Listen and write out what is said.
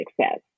success